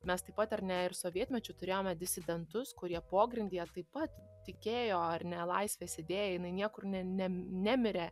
mes taip pat ar ne ir sovietmečiu turėjome disidentus kurie pogrindyje taip pat tikėjo ar ne laisvės idėja jinai niekur ne ne nemirė